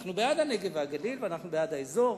אנחנו בעד הנגב והגליל ואנחנו בעד האזור,